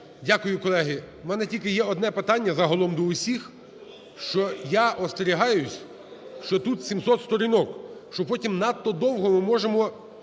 Дякую, колеги. В мене тільки є одне питання загалом до усіх, що я остерігаюся, що тут 700 сторінок, що потім надто довго ми можемо